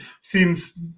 seems